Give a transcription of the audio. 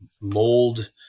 mold